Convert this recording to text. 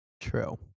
True